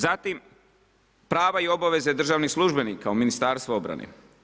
Zatim prava i obaveze državnih službenika u Ministarstvu obrane.